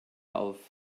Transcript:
auf